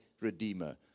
Redeemer